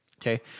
okay